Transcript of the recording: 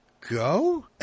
go